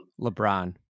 LeBron